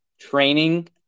training